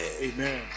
Amen